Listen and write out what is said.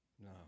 No